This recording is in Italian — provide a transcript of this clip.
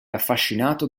affascinato